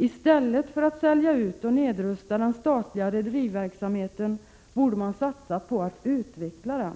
I stället för att sälja ut och nedrusta den statliga rederiverksamheten borde man ha satsat på att utveckla den.